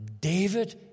David